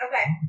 Okay